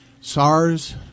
sars